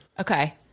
Okay